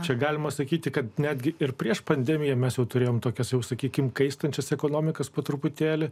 čia galima sakyti kad netgi ir prieš pandemiją mes turėjome tokias jau sakykime kaistančias ekonomikas po truputėlį